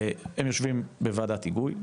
הם יושבים בוועדת היגוי,